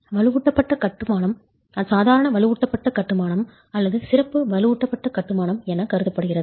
வலுவூட்டப்பட்ட கட்டுமானம் சாதாரண வலுவூட்டப்பட்ட கட்டுமானம் அல்லது சிறப்பு வலுவூட்டப்பட்ட கட்டுமானம் என கருதப்படுகிறது